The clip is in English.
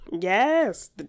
Yes